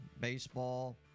baseball